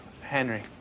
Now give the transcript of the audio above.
Henry